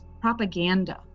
propaganda